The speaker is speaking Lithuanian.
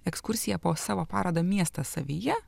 ekskursiją po savo parodą miestas savyje